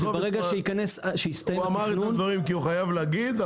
הוא אמר את הדברים כי הוא חייב להגיד,